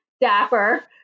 dapper